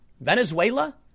Venezuela